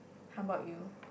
how about you